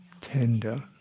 tender